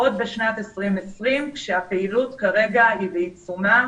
עוד בשנת 2020 כשהפעילות כרגע היא בעיצומה,